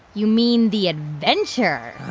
you mean the adventure